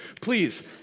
Please